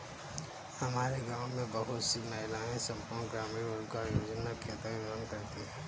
हमारे गांव में बहुत सी महिलाएं संपूर्ण ग्रामीण रोजगार योजना के तहत काम करती हैं